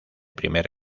primer